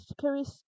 carries